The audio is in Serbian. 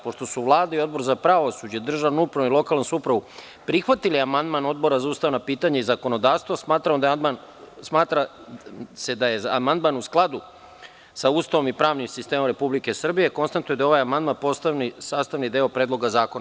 Pošto su Vlada i Odbor za pravosuđe, državnu upravu i lokalnu samoupravu prihvatili amandman, a Odbora za ustavna pitanja i zakonodavstvo smatra da je amandman u skladu sa Ustavom i pravnim sistemom Republike Srbije, konstatujem da je ovaj amandman postao sastavni deo Predloga zakona.